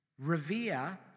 revere